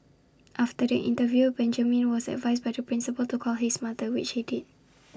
after the interview Benjamin was advised by the principal to call his mother which he did